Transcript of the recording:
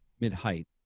Mid-height